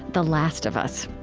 the last of us.